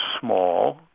small